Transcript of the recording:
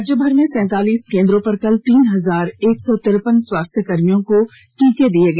राज्य भर में सैतालीस केंद्रों पर कल तीन हजार एक सौ तिरपन स्वास्थ्यकर्मियों को टीका दिया गया